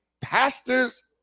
pastors